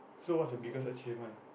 so what's your biggest achievement